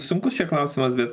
sunkus čia klausimas bet